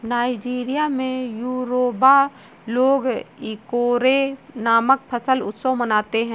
Nigeria में Yoruba लोग Ikore नामक फसल उत्सव मनाते हैं